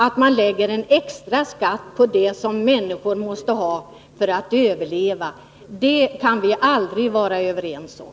Att man lägger en extra skatt på det som människor måste ha för att överleva kan vi aldrig vara överens om.